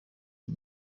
uyu